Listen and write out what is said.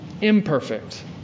imperfect